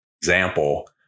example